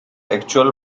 actual